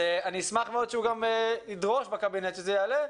אני אשמח מאוד שהוא גם ידרוש בקבינט שזה יעלה,